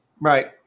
Right